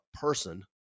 person